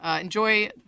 Enjoy